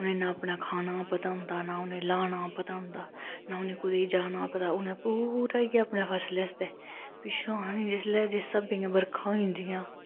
उनें ना अपने खाना पता होंदा ना लाना पता होंदा ना उनें कुतै जाना पता उनें पूरा इयै अपने फसलै आस्तै पिच्छो सानी जिसलै जिस स्हाबे दियां बर्खां होई जंदियां